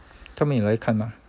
他们也来看吗